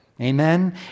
Amen